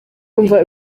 umva